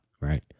right